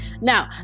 Now